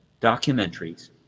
documentaries